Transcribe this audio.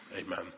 Amen